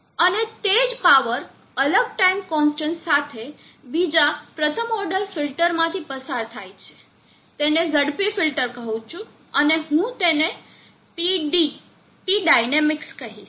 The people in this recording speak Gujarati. અને તે જ પાવર અલગ ટાઇમ કોન્સ્ટન્ટ સાથે બીજા પ્રથમ ઓર્ડર ફિલ્ટરમાંથી પસાર થાય છે તેને ઝડપી ફિલ્ટર કહું છું અને હું તેને PD p ડાયનામિક કહીશ